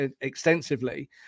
extensively